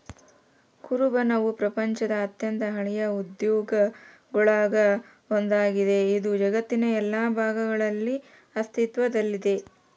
ಕುರುಬನವು ಪ್ರಪಂಚದ ಅತ್ಯಂತ ಹಳೆಯ ಉದ್ಯೋಗಗುಳಾಗ ಒಂದಾಗಿದೆ, ಇದು ಜಗತ್ತಿನ ಎಲ್ಲಾ ಭಾಗಗಳಲ್ಲಿ ಅಸ್ತಿತ್ವದಲ್ಲಿದೆ